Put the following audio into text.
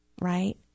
Right